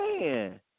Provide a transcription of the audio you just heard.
Man